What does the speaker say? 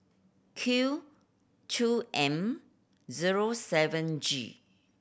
Q two M zero seven G